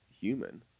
human